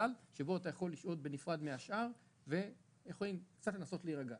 שבו אתה יכול לשהות בנפרד מהשאר וקצת לנסות להירגע.